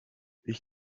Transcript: ich